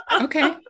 Okay